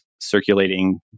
circulating